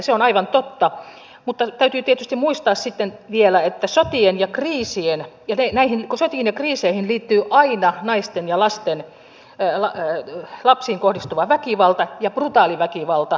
se on aivan totta mutta täytyy tietysti muistaa sitten vielä että sotiin ja kriiseihin liittyy aina naisiin ja lapsiin kohdistuva väkivalta ja brutaali väkivalta